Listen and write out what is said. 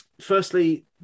firstly